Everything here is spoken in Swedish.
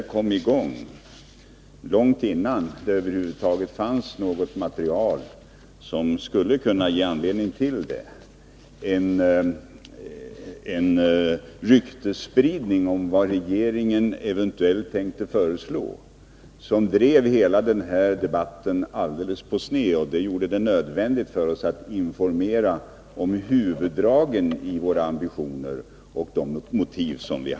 Långt innan det över huvud taget fanns något material började rykten spridas om vad regeringen eventuellt tänkte föreslå, och det drev hela debatten på sned och gjorde det nödvändigt för oss att informera om huvuddragen i våra ambitioner och våra motiv.